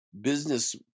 business